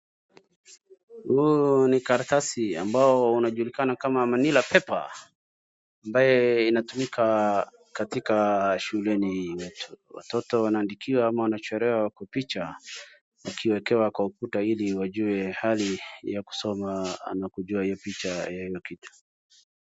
Huu ni karatasi ambao unajulikana kama Manila paper ambaye inatumika katika shuleni yetu, watoto wanaandikiwa ama wanachorewa picha wakiwekewa kwa ukuta ili wajue hali ya kusoma na kujua hio picha ya hio kitu.